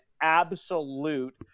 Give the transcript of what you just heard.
absolute